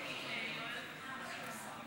אדוני היושב-ראש,